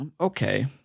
okay